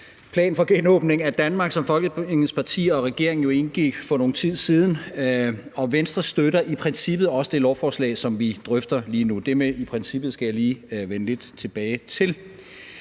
plan for genåbning af Danmark«, som Folketingets partier og regeringen jo indgik for nogen tid siden, og Venstre støtter i princippet også det lovforslag, som vi drøfter lige nu. Det med »i princippet« skal jeg lige vende lidt tilbage til.